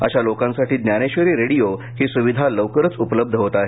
अशा लोकांसाठी ज्ञानेश्वरी रेडीओ ही सुविधा लवकरच उपलब्ध होत आहे